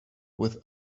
with